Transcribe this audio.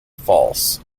false